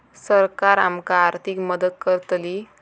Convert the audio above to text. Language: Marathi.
सरकार आमका आर्थिक मदत करतली?